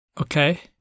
Okay